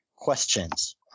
questions